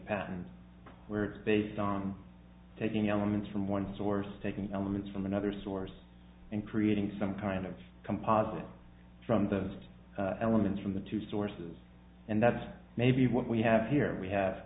patterned where it's based on taking elements from one source taking elements from another source and creating some kind of composite from the elements from the two sources and that's maybe what we have here we